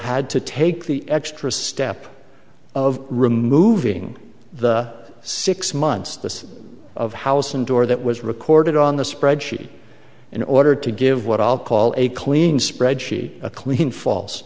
had to take the extra step of removing the six months this of house and door that was recorded on the spreadsheet in order to give what i'll call a clean spreadsheet a clean false